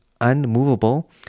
unmovable